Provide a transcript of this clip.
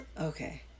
okay